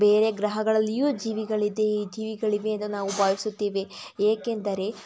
ಬೇರೆ ಗ್ರಹಗಳಲ್ಲಿಯೂ ಜೀವಿಗಳಿದೆ ಜೀವಿಗಳಿವೆ ಎಂದು ನಾವು ಭಾವಿಸುತ್ತೇವೆ ಏಕೆಂದರೆ